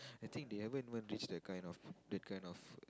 I think they haven't even reach that kind of that kind of